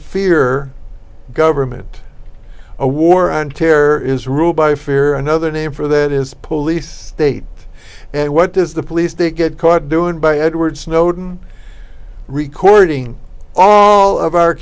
fear government a war on terror is ruled by fear another name for that is police state and what does the police to get caught doing by edward snowden recording all of our